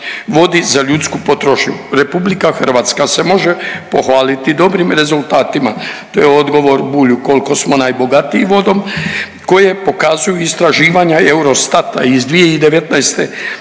vodi za ljudsku potrošnju. RH se može pohvaliti dobrim rezultatima, to je odgovor Bulju koliko smo najbogatiji vodom koje pokazuju i istraživanja Eurostata iz 2019. godine.